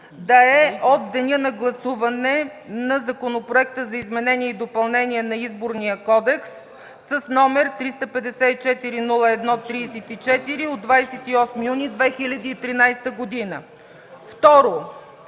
да е от деня на гласуване на Законопроекта за изменение и допълнение на Изборния кодекс с № 354-01-34, от 28 юни 2013 г. 2.